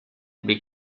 big